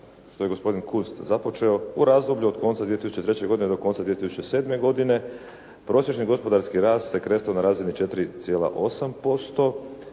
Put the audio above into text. što je gospodin Kunst započeo, u razdoblju od konca 2003. godine do konca 2007. godine prosječni gospodarski rast se kretao na razini 4,8%,